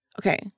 Okay